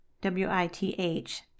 W-I-T-H